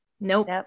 Nope